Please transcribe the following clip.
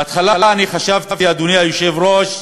בהתחלה אני חשבתי, אדוני היושב-ראש,